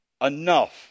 enough